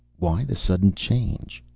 why the sudden change?